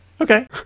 okay